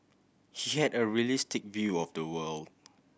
he had a realistic view of the world